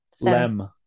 Lem